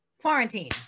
Quarantine